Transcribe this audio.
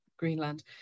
greenland